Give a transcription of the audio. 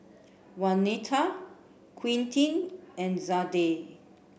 Waneta Quintin and Zadie